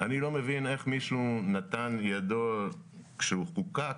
אני לא מבין איך מישהו נתן ידו כשהוא חוקק,